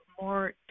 more